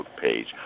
page